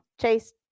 Chase